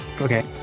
Okay